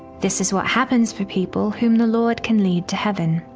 this is what happens for people whom the lord can lead to heaven.